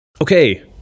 Okay